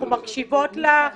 אנחנו מקשיבות לך